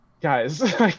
guys